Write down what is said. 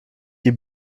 die